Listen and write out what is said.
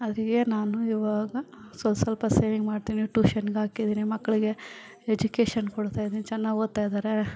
ಹಾಗೆಯೇ ನಾನು ಇವಾಗ ಸ್ವಲ್ಪ ಸ್ವಲ್ಪ ಸೇವಿಂಗ್ಸ್ ಮಾಡ್ತೀನಿ ಟ್ಯೂಶನ್ಗೆ ಹಾಕಿದೀನಿ ಮಕ್ಕಳಿಗೆ ಎಜುಕೇಶನ್ ಕೊಡ್ತಾಯಿದ್ದೀನಿ ಚೆನ್ನಾಗಿ ಓದ್ತಾಯಿದ್ದಾರೆ